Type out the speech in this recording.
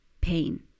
pain